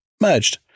Merged